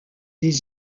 des